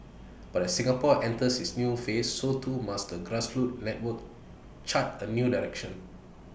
but as Singapore enters its new phase so too must the grassroots network chart A new direction